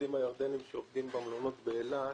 העובדים הירדנים שעובדים במלונות באילת